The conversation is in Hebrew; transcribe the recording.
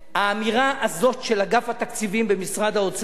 האמירה הזאת של אגף התקציבים במשרד האוצר,